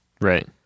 Right